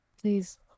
please